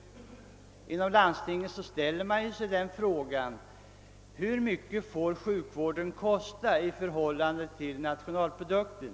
Inom landstingen ställer man sig självfallet frågan, hur mycket sjukvården får kosta i förhållande till bruttonationalprodukten.